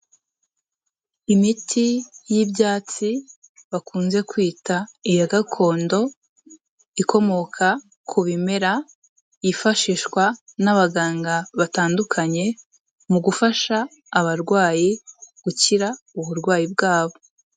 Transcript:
Imiti y'ibyatsi bakunze kwita iya gakondo ikomoka ku bimera, yifashishwa n'abaganga batandukanye mu gufasha abarwayi gukira uburwayi bwabo.